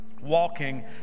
walking